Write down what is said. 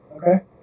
Okay